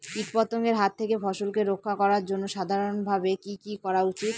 কীটপতঙ্গের হাত থেকে ফসলকে রক্ষা করার জন্য সাধারণভাবে কি কি করা উচিৎ?